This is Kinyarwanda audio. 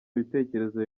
ibitekerezo